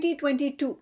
2022